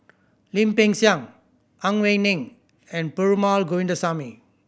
Lim Peng Siang Ang Wei Neng and Perumal Govindaswamy